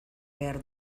behar